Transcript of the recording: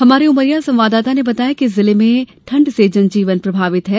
हमारे उमरिया संवाददाता ने बताया है कि जिले में जनजीवन प्रभावित है